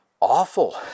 awful